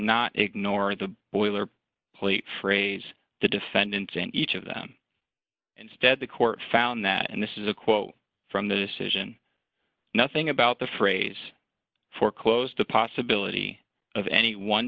not ignore the boiler plate phrase the defendants in each of them instead the court found that and this is a quote from the decision nothing about the phrase foreclosed the possibility of any one